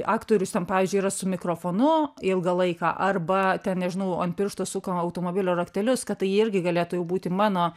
aktorius ten pavyzdžiui yra su mikrofonu ilgą laiką arba ten nežinau ant piršto suka automobilio raktelius kad tai irgi galėtų jau būti mano